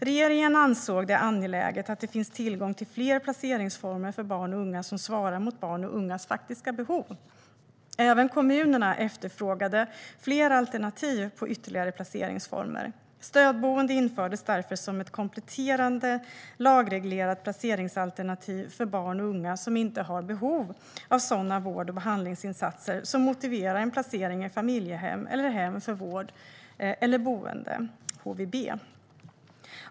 Regeringen ansåg det vara angeläget att det finns tillgång till fler placeringsformer för barn och unga som svarar mot barns och ungas faktiska behov. Även kommunerna efterfrågade fler alternativ på ytterligare placeringsformer. Stödboende infördes därför som ett kompletterande lagreglerat placeringsalternativ för barn och unga som inte har behov av sådana vård och behandlingsinsatser som motiverar en placering i familjehem eller hem för vård eller boende, HVB.